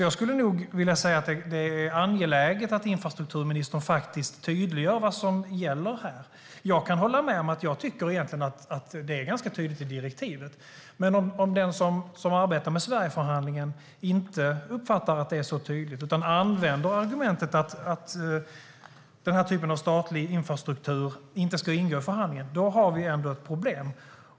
Jag tycker att det är angeläget att infrastrukturministern faktiskt tydliggör vad som gäller. Jag kan hålla med om att direktivet är tydligt. Men om den som arbetar med Sverigeförhandlingen inte uppfattar att det är tydligt och använder argumentet att detta slags statliga infrastruktur inte ska ingå i förhandlingen har vi ändå ett problem.